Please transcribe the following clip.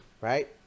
right